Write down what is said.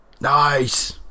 Nice